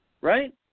right